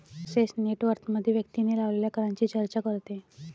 तसेच नेट वर्थमध्ये व्यक्तीने लावलेल्या करांची चर्चा करते